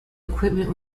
equipment